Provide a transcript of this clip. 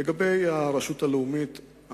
לגבי הרשות הלאומית,